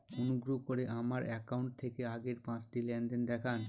অনুগ্রহ করে আমার অ্যাকাউন্ট থেকে আগের পাঁচটি লেনদেন দেখান